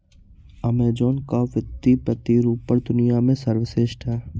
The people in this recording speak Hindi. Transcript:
अमेज़न का वित्तीय प्रतिरूपण दुनिया में सर्वश्रेष्ठ है